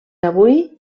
avui